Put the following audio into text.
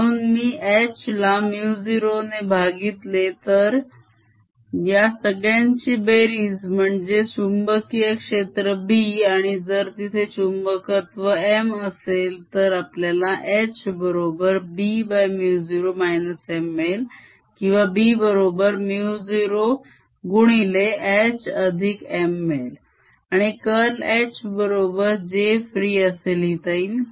म्हणून मी H ला μ0 ने भागितलेम्हणून या सगळ्यांची बेरीज म्हणजे चुंबकीय क्षेत्र B आणि जर तिथे चुंबकत्व M असेल तर आपल्याला H बरोबर Bμ0 - M मिळेल किंवा B बरोबर μ0 गुणिले H अधिक M मिळेल आणि curl H बरोबर j free असे लिहिता येईल